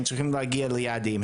הם צריכים להגיע ליעדים,